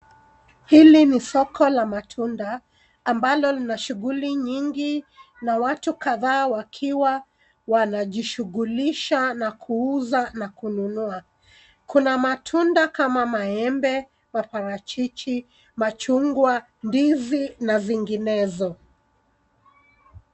Hili ni soko la matunda ambalo lina shughuli nyingi na watu kadhaa wakiwa wanajishughulisha na kuuza na kununua, Kuna matunda kama maembe, maparichichi, machungwa, ndizi na zinginezo.